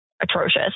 atrocious